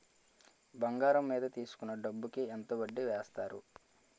బంగారం మీద తీసుకున్న డబ్బు కి ఎంత వడ్డీ వేస్తారు?